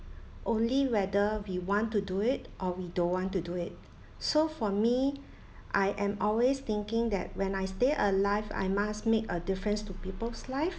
only whether we want to do it or we don't want to do it so for me I am always thinking that when I stay alive I must make a difference to people's life